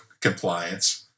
compliance